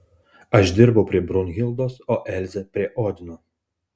aš dirbau prie brunhildos o elzė prie odino